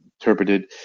interpreted